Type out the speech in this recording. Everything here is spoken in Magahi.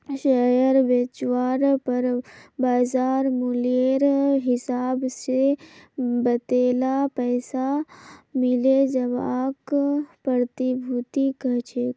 शेयर बेचवार पर बाज़ार मूल्येर हिसाब से वतेला पैसा मिले जवाक प्रतिभूति कह छेक